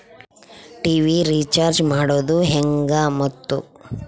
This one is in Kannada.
ಟಿ.ವಿ ರೇಚಾರ್ಜ್ ಮಾಡೋದು ಹೆಂಗ ಮತ್ತು?